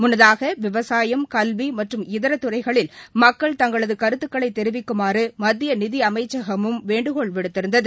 முன்னதாக விவசாயம் கல்வி மற்றும் இதர துறைகளில் மக்கள் தங்களது கருத்துக்களை தெரிவிக்குமாறு மத்திய நிதி அமைச்சகமும் வேண்டுகோள் விடுத்திருந்தது